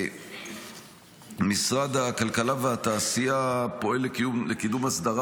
משרד הכלכלה והתעשייה פועל לקידום הסדרה